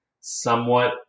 somewhat